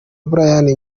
brayan